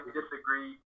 disagree